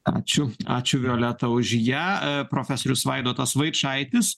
ačiū ačiū violeta už ją profesorius vaidotas vaičaitis